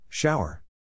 Shower